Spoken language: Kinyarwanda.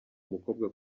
umukobwa